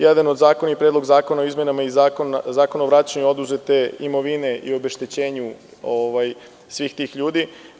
Jedan od zakona je i Predlog zakona o izmenama Zakona o vraćanju oduzete imovine i obeštećenju svih tih ljudi.